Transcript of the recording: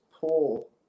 pull